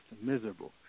miserable